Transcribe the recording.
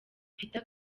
peter